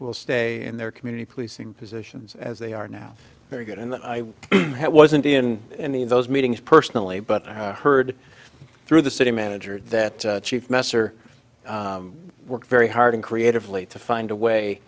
will stay in their community policing positions as they are now very good and i wasn't in any of those meetings personally but i heard through the city manager that chief messer worked very hard and creatively to find a way